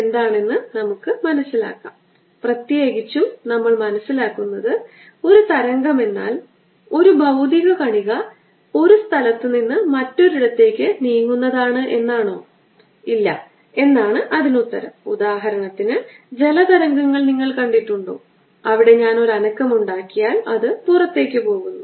overlapping മേഖലയിലെ വൈദ്യുത മണ്ഡലത്തിന്റെ വ്യാപ്തി ഇതാണ് ഇതാണ് നമ്മൾ കണക്കാക്കാൻ ആഗ്രഹിക്കുന്നത്